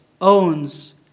owns